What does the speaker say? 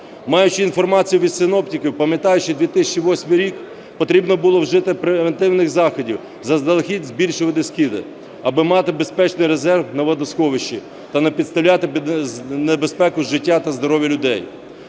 Маючи інформацію від синоптиків, пам'ятаючи 2008 рік, потрібно було вжити превентивних заходів: заздалегідь збільшувати скиди аби мати безпечний резерв на водосховищі та не підставляти під небезпеку життя та здоров'я людей.